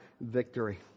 victory